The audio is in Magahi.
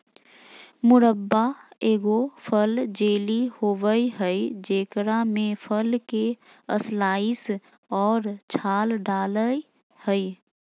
मुरब्बा एगो फल जेली होबय हइ जेकरा में फल के स्लाइस और छाल डालय हइ